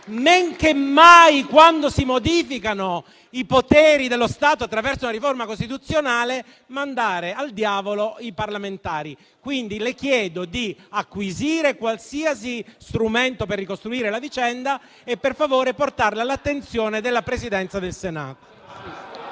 men che mai quando si modificano i poteri dello Stato attraverso la riforma costituzionale, mandare al diavolo i parlamentari. Le chiedo quindi di acquisire qualsiasi strumento per ricostruire la vicenda e, per favore, di portarla all'attenzione della Presidenza del Senato.